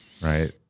right